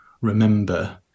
remember